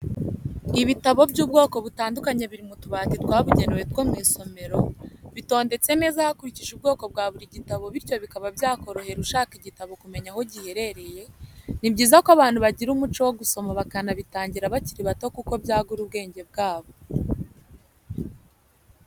Ibitabo by'ubwoko butandukanye biri mu tubati twabugenewe two mu isomero, bitondetse neza hakurikijwe ubwo bwa buri gitabo bityo bikaba byakorohereza ushaka igitabo kumenya aho giherereye, ni byiza ko abantu bagira umuco wo gusoma bakabitangira bakiri bato kuko byagura ubwenge bwabo.